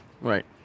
Right